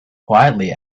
quietly